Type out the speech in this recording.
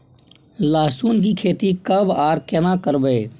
लहसुन की खेती कब आर केना करबै?